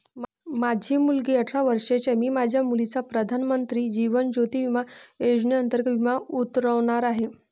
माझी मुलगी अठरा वर्षांची आहे, मी माझ्या मुलीचा प्रधानमंत्री जीवन ज्योती विमा योजनेअंतर्गत विमा उतरवणार आहे